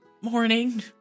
morning